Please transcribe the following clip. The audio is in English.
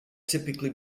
typically